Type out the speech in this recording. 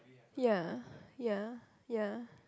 ya ya ya